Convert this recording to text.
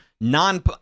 non